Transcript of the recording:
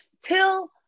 Till